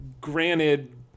Granted